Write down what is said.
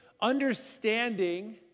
understanding